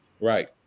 Right